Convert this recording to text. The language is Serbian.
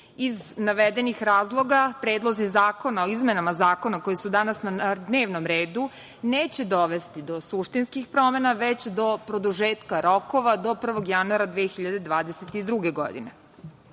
Iz navedenih razloga, predlozi Zakona o izmenama zakona koji su dana na dnevnom redu, neće dovesti do suštinskih promena, već do produžetka rokova do 1. januara 2022. godine. Iako